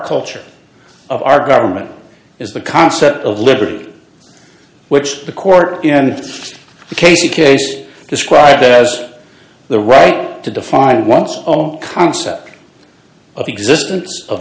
culture of our government is the concept of liberty which the court and the case in case described as the right to define once own concept of existence of